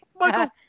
Michael